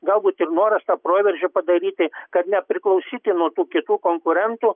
galbūt ir noras tą proveržį padaryti kad nepriklausyti nuo tų kitų konkurentų